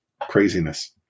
craziness